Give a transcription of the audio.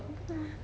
oh ah